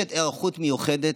נדרשת היערכות מיוחדת.